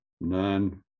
none